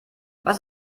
was